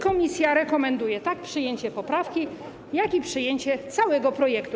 Komisja rekomenduje tak przyjęcie poprawki, jak i przyjęcie całego projektu.